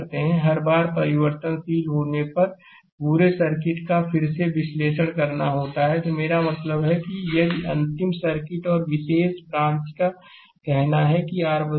हर बार परिवर्तनशील होने पर पूरे सर्किट का फिर से विश्लेषण करना होता है मेरा मतलब है कि यदि अंतिम सर्किट और एक विशेष ब्रांच का कहना है कि r बदल रहा है